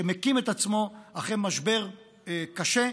שמקים את עצמו אחרי משבר קשה.